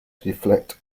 deflect